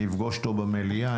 אני אפגוש אותו במליאה,